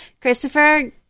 Christopher